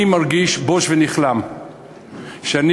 אני מרגיש בוש ונכלם שאני,